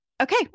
Okay